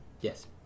Yes